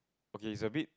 okay it's a bit